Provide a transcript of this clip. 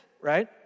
right